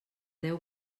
deu